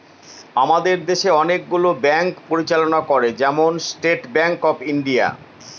আমাদের দেশে অনেকগুলো ব্যাঙ্ক পরিচালনা করে, যেমন স্টেট ব্যাঙ্ক অফ ইন্ডিয়া